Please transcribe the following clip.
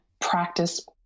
practice